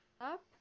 Up